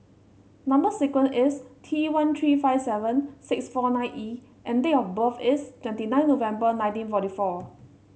number sequence is T one three five seven six four nine E and date of birth is twenty nine November nineteen forty four